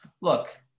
look